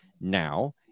now